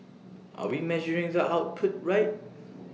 are we measuring the output right